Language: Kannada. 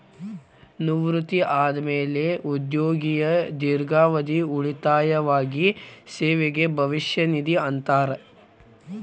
ನಿವೃತ್ತಿ ಆದ್ಮ್ಯಾಲೆ ಉದ್ಯೋಗಿಯ ದೇರ್ಘಾವಧಿ ಉಳಿತಾಯವಾಗಿ ಸೇವೆಗೆ ಭವಿಷ್ಯ ನಿಧಿ ಅಂತಾರ